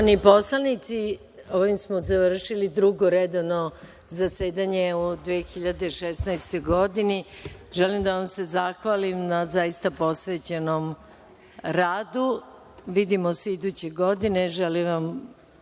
poslanici, ovim smo završili Drugo redovno zasedanje u 2016. godini. Želim da vam se zahvalim na zaista posvećenom radu. Vidimo se iduće godine. Želim vam